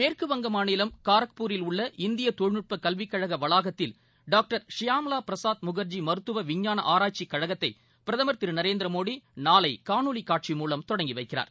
மேற்குவங்க மாநிலம் காரக்பூரில் உள்ள இந்திய தொழில்நுட்ப கல்விக்கழக வளாகத்தில் டாங்டர் சியாமா பிரசாத் முகா்ஜி மருத்துவ விஞ்ஞான ஆராய்ச்சிக் கழகத்தை பிரதம் திரு நரேந்திரமோடி நாளை காணொலி காட்சி மூலம் தொடங்கி வைக்கிறார்